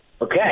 Okay